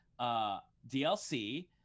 DLC